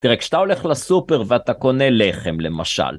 תראה, כשאתה הולך לסופר ואתה קונה לחם למשל.